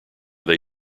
they